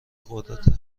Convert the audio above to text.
قدرت